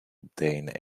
obtain